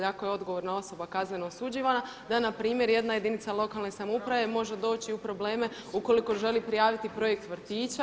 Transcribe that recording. Ako je odgovorna osoba kazneno osuđivana da npr. jedna jedinica lokalne samouprave može doći u probleme ukoliko želi prijaviti projekt vrtića.